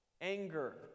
anger